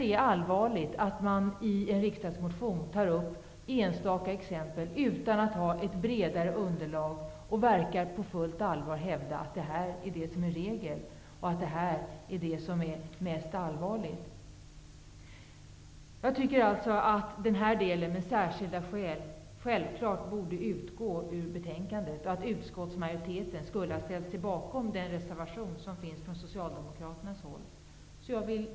Det är allvarligt att i en riksdagsmotion ta upp enstaka exempel utan att ha ett bredare underlag och dessutom på fullt allvar hävda att det påstådda sker regelmässigt. Jag tycker att paragrafen om särskilda skäl självklart borde utgå och att utskottsmajoriteten skulle ha ställt sig bakom den reservation som Socialdemokraterna har fogat till betänkandet.